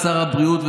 שר הבריאות,